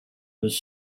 was